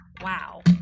wow